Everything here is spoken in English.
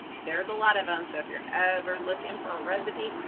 there's a lot of them so if you're ever looking for a recipe,